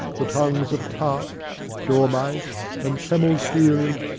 the tongues of carps, dormice, and camels' heels,